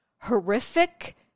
horrific